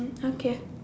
okay